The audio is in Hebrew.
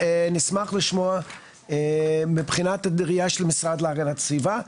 נשמח לשמוע מבחינת הראייה של המשרד להגנת הסביבה,